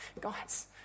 Guys